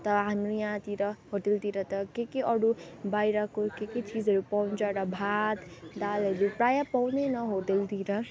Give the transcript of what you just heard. त हामी यहाँतिर होटलतिर त के के अरू बाहिरको के के चिजहरू पाउँछ र भात दालहरू प्रायः पाउँदैन होटलतिर